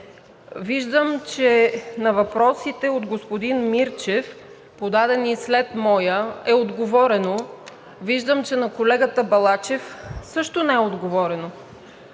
Виждам, че на въпросите от господин Мирчев, подадени след моя, е отговорено; виждам, че на колегата Балачев също не е отговорено.